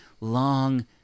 long